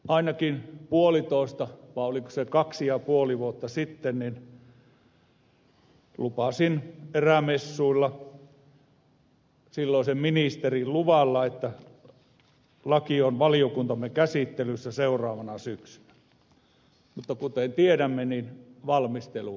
ainakin puolitoista vai oliko se kaksi ja puoli vuotta sitten lupasin erämessuilla silloisen ministerin luvalla että laki on valiokuntamme käsittelyssä seuraavana syksynä mutta kuten tiedämme valmistelu vain jatkui